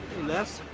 les.